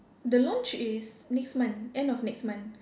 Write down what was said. the launch is next month end of next month